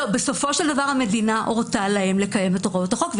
בסופו של דבר המדינה הורתה להם לקיים את הוראות החוק,